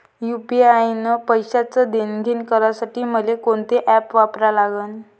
UPI न पैशाचं देणंघेणं करासाठी मले कोनते ॲप वापरा लागन?